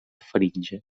faringe